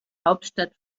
hauptstadt